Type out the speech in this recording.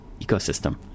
ecosystem